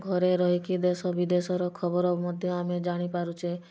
ଘରେ ରହିକି ଦେଶ ବିଦେଶର ଖବର ମଧ୍ୟ ଆମେ ଜାଣିପାରୁଛେ